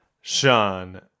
Sean